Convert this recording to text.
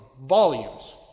Volumes